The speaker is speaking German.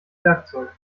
werkzeug